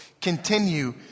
Continue